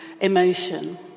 emotion